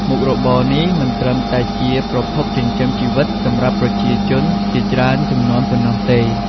មុខរបរនេះមិនត្រឹមតែជាប្រភពចិញ្ចឹមជីវិតសម្រាប់ប្រជាជនជាច្រើនជំនាន់ប៉ុណ្ណោះទេ។